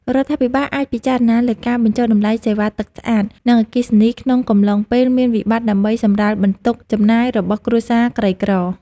រដ្ឋាភិបាលអាចពិចារណាលើការបញ្ចុះតម្លៃសេវាទឹកស្អាត និងអគ្គិសនីក្នុងកំឡុងពេលមានវិបត្តិដើម្បីសម្រាលបន្ទុកចំណាយរបស់គ្រួសារក្រីក្រ។